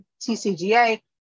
TCGA